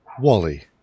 Wally